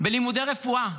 בלימודי רפואה,